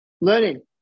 learning